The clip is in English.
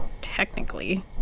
technically